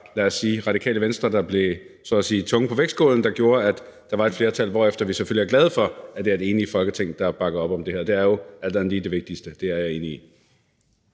lad os sige Radikale Venstre, der så at sige blev tungen på vægtskålen, der gjorde, at der var et flertal, hvorefter vi selvfølgelig er glade for, at det er et enigt Folketing, der har bakket om det her. Det er jo alt andet lige det vigtigste. Det er jeg enig i.